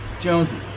Jonesy